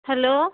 hello